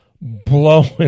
blowing